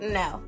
no